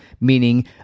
meaning